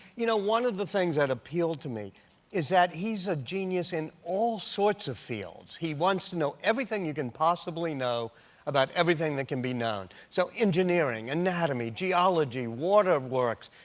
you know, one of the things that appealed to me is that he's a genius in all sorts of fields. he wants to know everything you can possibly know about everything that can be known. so engineering, anatomy, geology, water works,